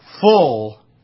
full